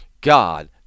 God